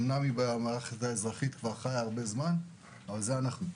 אמנם היא כבר חיה במערכת האזרחית אבל זה אצלנו.